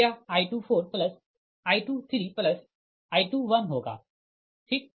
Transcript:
यह I24I23I21 होगा ठीक